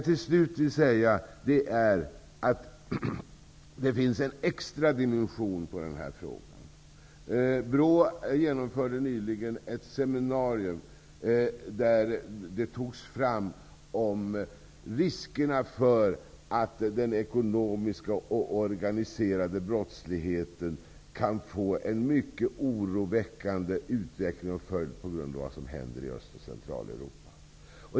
Till slut vill jag säga att det finns en extra dimension i den här frågan. BRÅ genomförde nyligen ett seminarium där man konstaterade att det finns risk att den ekonomiska och organiserade brottsligheten kan få en mycket oroväckande utveckling till följd av vad som händer i Öst och Centraleuropa.